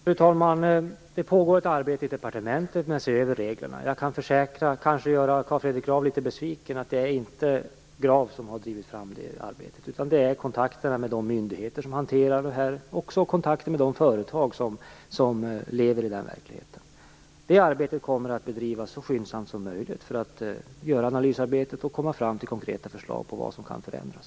Fru talman! Det pågår ett arbete i departmentet med att se över reglerna. Jag kanske gör Carl Fredrik Graf litet besviken när jag försäkrar att det inte är han som har drivit fram det arbetet, utan det är kontakterna med de myndigheter som hanterar detta och även kontakter med de företag som lever i den verkligheten. Arbetet kommer att bedrivas så skyndsamt som möjligt för att göra analyser och komma fram till konkreta förslag på vad som kan förändras.